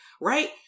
right